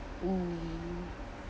oh